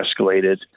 escalated